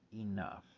enough